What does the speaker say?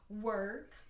work